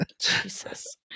Jesus